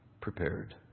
prepared